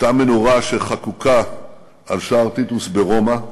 אותה מנורה שחקוקה על שער טיטוס ברומא,